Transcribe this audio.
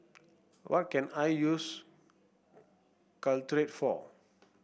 what can I use Caltrate for